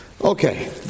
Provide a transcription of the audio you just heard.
okay